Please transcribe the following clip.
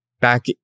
back